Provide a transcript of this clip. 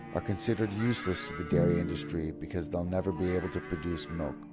are considered useless to the dairy industry because they'll never be able to produce milk.